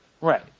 Right